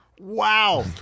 wow